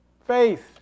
faith